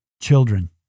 Children